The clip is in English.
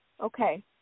Okay